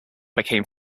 became